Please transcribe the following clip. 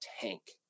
tank